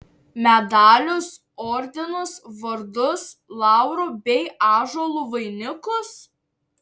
medalius ordinus vardus laurų bei ąžuolų vainikus